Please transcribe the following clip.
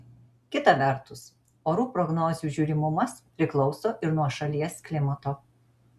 kita vertus orų prognozių žiūrimumas priklauso ir nuo šalies klimato